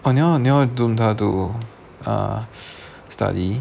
哦你要你要 Zoom 她 to uh study